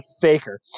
faker